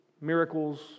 miracles